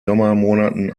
sommermonaten